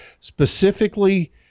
specifically